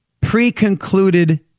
pre-concluded